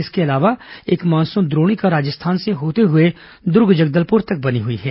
इसके अलावा एक मानसून द्रोणिका राजस्थान से होते हुए दुर्ग जगदलपुर तक स्थित है